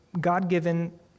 God-given